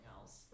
else